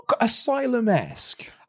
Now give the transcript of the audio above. Asylum-esque